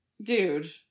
dude